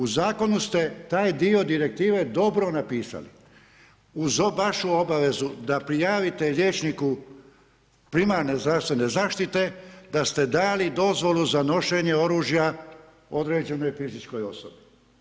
U zakonu ste taj dio direktive dobro napisali, uz vašu obavezu da prijavite liječniku primarne zdravstvene zaštite da ste dali dozvolu za nošenje oružja određenoj fizičkoj osobi.